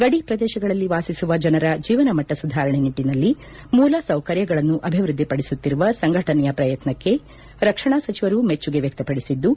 ಗಡಿ ಪ್ರದೇಶಗಳಲ್ಲಿ ವಾಸಿಸುವ ಜನರ ಜೀವನ ಮಟ್ಟ ಸುಧಾರಣೆ ನಿಟ್ಟನಲ್ಲಿ ಮೂಲ ಸೌಕರ್ಯಗಳನ್ನು ಅಭಿವೃದ್ದಿಪಡಿಸುತ್ತಿರುವ ಸಂಘಟನೆಯ ಪ್ರಯತ್ಯಕ್ಷೆ ರಕ್ಷಣಾ ಸಚಿವರು ಮೆಚ್ಚುಗೆ ವಕ್ಷಪಡಿಸಿದ್ದು